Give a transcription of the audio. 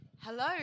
Hello